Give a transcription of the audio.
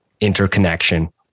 interconnection